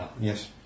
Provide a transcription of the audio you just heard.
Yes